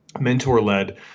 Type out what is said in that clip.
Mentor-led